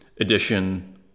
edition